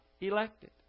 elected